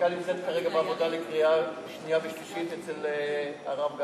החקיקה נמצאת לקראת קריאה שנייה ושלישית אצל הרב גפני,